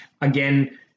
again